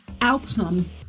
outcome